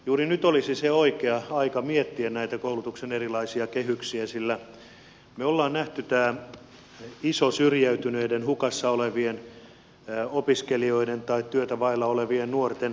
juuri nyt olisi oikea aika miettiä koulutuksen erilaisia kehyksiä sillä me olemme nähneet ison syrjäytyneiden hukassa olevien opiskelijoiden tai työtä vailla olevien nuorten joukkueen